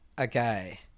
Okay